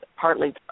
partly